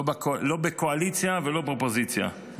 לא בקואליציה ולא באופוזיציה,